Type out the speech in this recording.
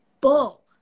Bull